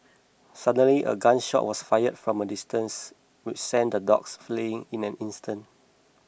suddenly a gun shot was fired from a distance which sent the dogs fleeing in an instant